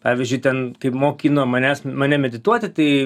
pavyzdžiui ten kaip mokino manęs mane medituoti tai